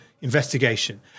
investigation